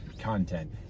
content